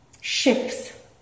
shifts